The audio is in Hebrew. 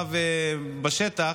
והמצב בשטח,